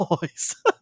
voice